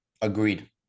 Agreed